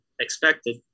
expected